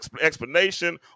explanation